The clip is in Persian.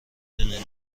دونین